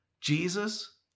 Jesus